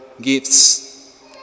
gifts